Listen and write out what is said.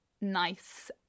nice